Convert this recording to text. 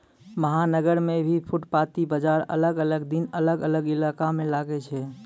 महानगर मॅ भी फुटपाती बाजार अलग अलग दिन अलग अलग इलाका मॅ लागै छै